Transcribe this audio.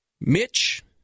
Mitch